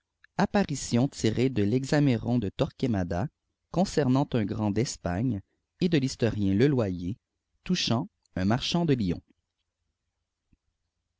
apparitiofh tirées de vexameron de torquemada concernant un gtmd despagne et de v historien le loyer touchant un marchand de lyon